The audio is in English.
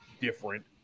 different